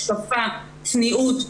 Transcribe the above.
השקפה וצניעות.